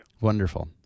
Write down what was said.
Wonderful